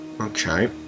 Okay